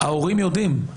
ההורים יודעים.